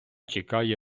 чекає